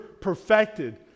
perfected